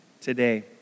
today